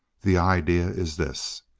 the idea is this.